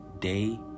day